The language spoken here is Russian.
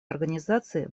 организаций